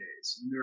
days